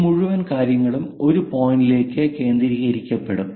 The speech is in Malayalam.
ഈ മുഴുവൻ കാര്യങ്ങളും ഒരു പോയിന്റിലേക്ക് കേന്ദ്രീകരിക്കപെടും